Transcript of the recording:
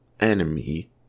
enemy